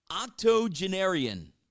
octogenarian